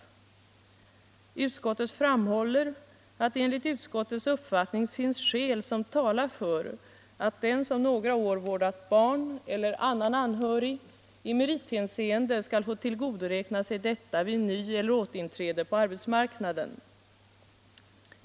Utskottet framhåller att det enligt utskottets uppfattning finns skäl som talar för att den som några år vårdat barn eller annan anhörig i merithänseende skall få tillgodoräkna sig detta vid ny eller återinträde på arbetsmarknaden.